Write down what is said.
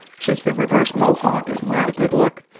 since the reverse mohawk is not a good look,